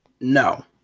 No